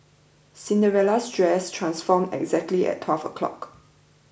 Cinderella's dress transformed exactly at twelve o'clock